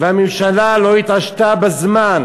והממשלה לא התעשתה בזמן